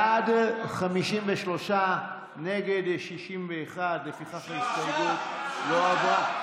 בעד, 53, נגד, 61. לפיכך ההסתייגות לא עברה.